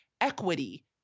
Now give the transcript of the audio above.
equity